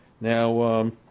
Now